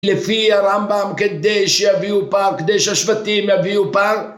לפי הרמב״ם כדי שיביאו פר, כדי שהשבטים יביאו פר